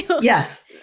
Yes